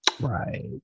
Right